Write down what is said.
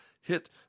hit